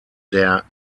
der